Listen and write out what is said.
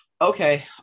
Okay